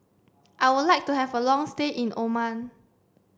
I would like to have a long stay in Oman